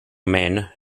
men